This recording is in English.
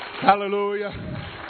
Hallelujah